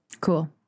Cool